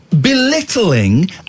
belittling